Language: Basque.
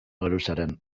geruzaren